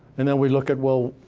and then, we look at, well,